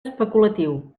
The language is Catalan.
especulatiu